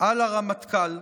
על הרמטכ"ל.